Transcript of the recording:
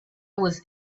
was